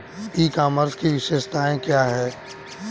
E commerce की विशेषताएं क्या हैं?